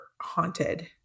haunted